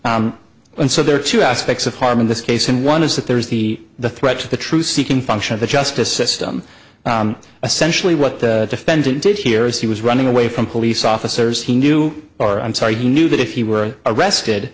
and so there are two aspects of harm in this case and one is that there is the the threat to the truth seeking function of the justice system essentially what the defendant did here is he was running away from police officers he knew or i'm sorry he knew that if he were arrested